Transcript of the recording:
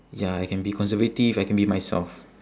ya I can be conservative I can be myself